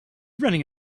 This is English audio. running